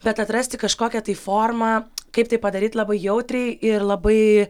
bet atrasti kažkokią tai formą kaip tai padaryt labai jautriai ir labai